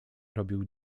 robił